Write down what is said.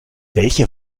welche